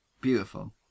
Beautiful